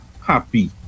happy